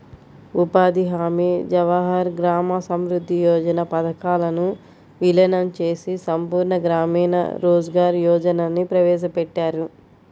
ఉపాధి హామీ, జవహర్ గ్రామ సమృద్ధి యోజన పథకాలను వీలీనం చేసి సంపూర్ణ గ్రామీణ రోజ్గార్ యోజనని ప్రవేశపెట్టారు